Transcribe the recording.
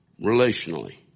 relationally